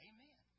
Amen